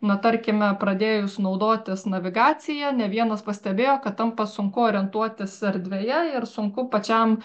na tarkime pradėjus naudotis navigacija ne vienas pastebėjo kad tampa sunku orientuotis erdvėje ir sunku pačiam